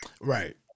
Right